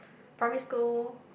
primary school